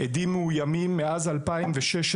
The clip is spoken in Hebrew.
עדים מאוימים: מאז שנת 2016,